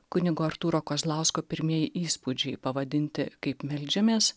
kunigo artūro kazlausko pirmieji įspūdžiai pavadinti kaip meldžiamės